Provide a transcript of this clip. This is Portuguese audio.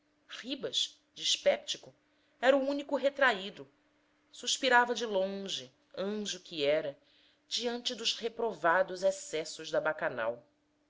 tromba ribas dispéptico era o único retraído suspirava de longe anjo que era diante dos reprovados excessos da bacanal